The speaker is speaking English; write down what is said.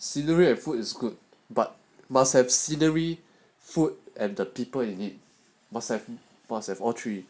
scenery and food is good but must have scenery food and the people you need must have force have all three